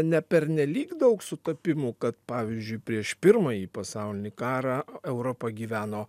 ne pernelyg daug sutapimų kad pavyzdžiui prieš pirmąjį pasaulinį karą europa gyveno